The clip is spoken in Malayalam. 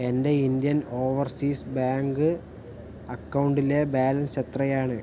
എൻ്റെ ഇന്ത്യൻ ഓവർസീസ് ബാങ്ക് അക്കൗണ്ടിലെ ബാലൻസ് എത്രയാണ്